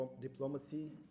diplomacy